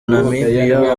namibia